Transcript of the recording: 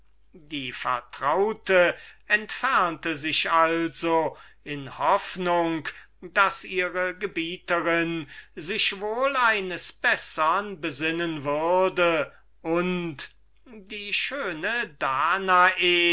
die sklavin entfernte sich also in hoffnung daß ihre gebieterin sich wohl eines bessern besinnen würde und die schöne danae